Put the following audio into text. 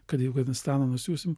kad afganistaną nusiųsim